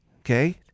Okay